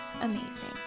amazing